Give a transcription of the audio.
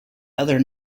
other